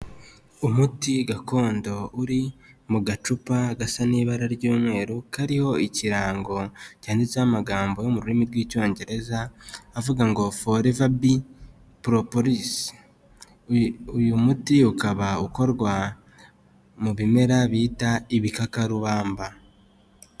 Umuti gakondo uri mu gacupa gasa n'ibara ry'umweru kariho ikirango cyanditseho amagambo yo mu rurimi rw'icyongereza avuga ngo forevabi poroporisi uyu muti ukaba ukorwa mu bimera bita ibikakarubamba.